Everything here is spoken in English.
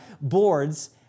boards